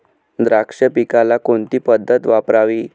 द्राक्ष पिकाला कोणती पद्धत वापरावी?